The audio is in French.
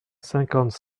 cinquante